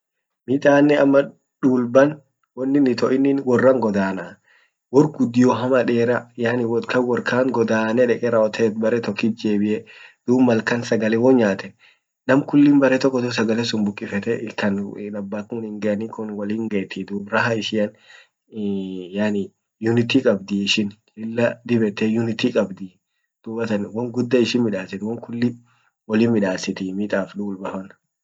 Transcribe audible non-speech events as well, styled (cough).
Mitanen ama dulban wonin ito inin worran godana wor gudio hama dera yani wotkan workant godane deqe rawotet bere tokit jebiye dub malkan sagale ho nyatan nam kulli bere tokotu sagale sun bukifete ilkan Unintelligible>wolin gani kun wollingeti dub raha ishian (hesitation) yani unity qabdi ishin lilla dib yette unity qabdi dubatan won guda ishin midasit won kulli wolin midasitii mitaf dulbafan.